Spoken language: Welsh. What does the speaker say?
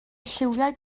lliwiau